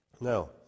Now